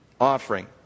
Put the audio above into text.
offering